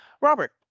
Robert